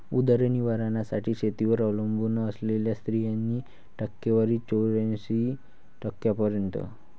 उदरनिर्वाहासाठी शेतीवर अवलंबून असलेल्या स्त्रियांची टक्केवारी चौऱ्याऐंशी टक्क्यांपर्यंत